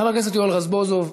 חבר הכנסת יואל רזבוזוב,